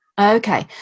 Okay